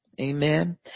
Amen